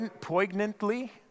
poignantly